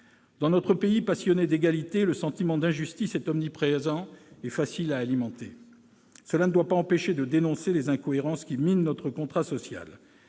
Dans notre pays passionné d'égalité, le sentiment d'injustice est omniprésent et facile à alimenter. Cela ne doit pas empêcher de dénoncer les incohérences qui minent notre contrat social.